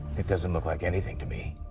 it doesn't look like anything to me.